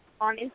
on